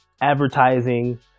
advertising